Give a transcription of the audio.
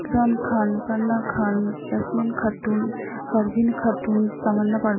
Kiran Khan Panna Khan Yasmin Khatun Parveen Khatun Tamannaah